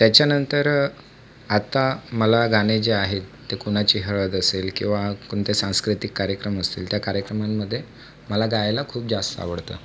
त्याच्यानंतर आता मला गाणे जे आहेत ते कोणाची हळद असेल किंवा कोणते सांस्कृतिक कार्यक्रम असतील त्या कार्यक्रमांमध्ये मला गायला खूप जास्त आवडतं